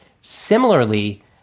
Similarly